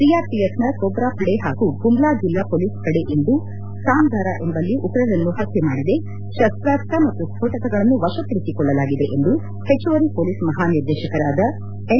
ಸಿಆರ್ಪಿಎನ Cobra ಪಡೆ ಹಾಗೂ ಗುಮ್ಲಾ ಜಿಲ್ಲಾ ಪೊಲೀಸ್ ಪಡೆ ಇಂದು ಕಾಮ್ದಾರ ಎಂಬಲ್ಲಿ ಉಗ್ರರನ್ನು ಹತ್ಯೆ ಮಾಡಿದೆ ಶಸ್ತಾಸ್ತ್ರ ಮತ್ತು ಸ್ವೋಟಕಗಳನ್ನು ವಶಪಡಿಸಿಕೊಳ್ಳಲಾಗಿದೆ ಎಂದು ಹೆಚ್ಚುವರಿ ಪೊಲೀಸ್ ಮಹಾನಿರ್ದೇಶಕರಾದ ಎಂ